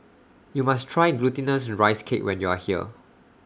YOU must Try Glutinous Rice Cake when YOU Are here